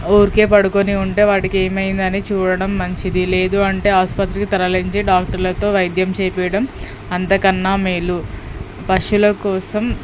ఊరికే పడుక్కుని ఉంటే వాటికి ఏమైందని చూడడం మంచిది లేదు అంటే ఆస్పిత్రికి తరలించి డాక్టర్లతో వైద్యం చెయ్యించడం అంతకన్నా మేలు పశువుల కోసం